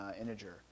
integer